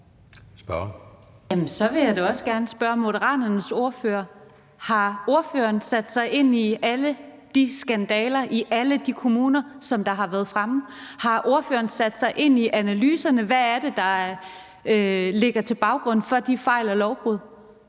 så vil jeg da gerne spørge Moderaternes ordfører: Har ordføreren sat sig ind i alle de skandaler i alle de kommuner, som har været fremme? Har ordføreren sat sig ind i analyserne af, hvad det er, der ligger til grund for de fejl og lovbrud?